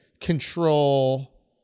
control